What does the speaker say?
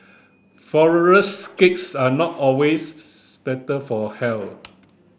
cakes are not always better for health